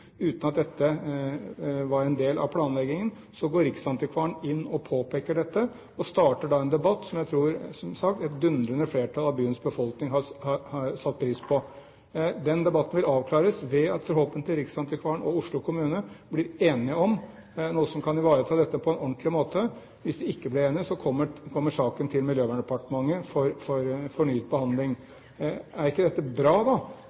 uten at dette var en del av planleggingen. Så går riksantikvaren inn og påpeker dette og starter da en debatt, som jeg tror, som sagt, et dundrende flertall av byens befolkning har satt pris på. Den debatten vil avklares ved at riksantikvaren og Oslo kommune forhåpentlig blir enige om noe som kan ivareta dette på en ordentlig måte. Hvis de ikke blir enige, kommer saken til Miljøverndepartementet for fornyet behandling. Er ikke dette bra, da,